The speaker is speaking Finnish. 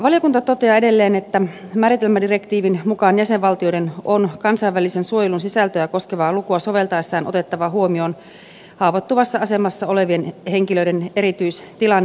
valiokunta toteaa edelleen että määritelmädirektiivin mukaan jäsenvaltioiden on kansainvälisen suojelun sisältöä koskevaa lukua soveltaessaan otettava huomioon haavoittuvassa asemassa olevien henkilöiden erityistilanne